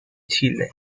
chile